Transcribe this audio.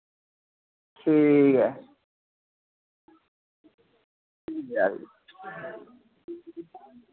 ठीक ऐ ठीक ऐ भी